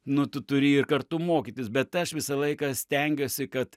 nu tu turi ir kartu mokytis bet aš visą laiką stengiuosi kad